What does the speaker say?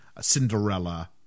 Cinderella